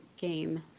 game